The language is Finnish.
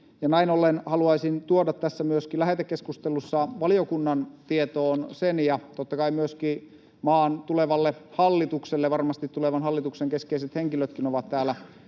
näin ollen haluaisin tuoda myöskin tässä lähetekeskustelussa valiokunnan tietoon ja totta kai myöskin maan tulevalle hallitukselle tietoon — varmasti tulevan hallituksen keskeiset henkilötkin ovat täällä